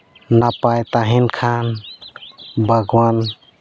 ᱱᱟᱯᱟᱭ ᱛᱟᱦᱮᱱ ᱠᱷᱟᱱ ᱵᱟᱜᱽᱣᱟᱱ